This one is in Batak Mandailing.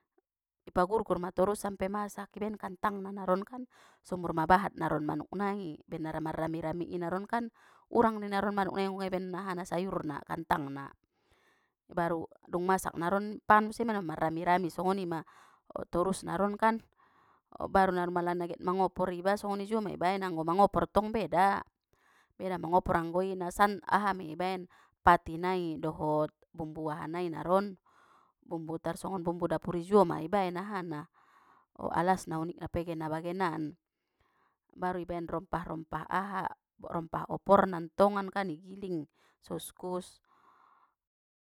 I pagurgur ma torus sampe masak ibaen kantang naronkan so murmabahat non manuk nai ben na rap marrami-rami i naron urang de naron manuknai anggo nga ibaen ahana sayurna kantangna, baru dung masak naron pangan museng ma non marrami-rami songoni ma torus naron kan baru naron mala na get mangopor iba songoni juo ma ibaen anggo mangopor ntong beda beda mangopor anggo i na san aha mei ibaen pati nai dohot bumbu aha nai naron bumbu tar songon bumbu dapuri juo ma ibaen aha na o alasna unikna pegena bagenan baru baen rompah-rompah aha rompah oporna tongan kan igiling so uskus.